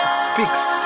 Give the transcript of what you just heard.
speaks